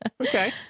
Okay